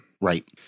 Right